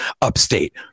Upstate